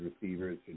receivers